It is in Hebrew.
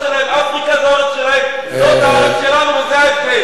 אפריקה היא שלהם, זאת הארץ שלהם, וזה ההבדל.